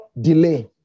delay